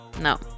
No